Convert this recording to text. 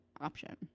option